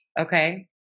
Okay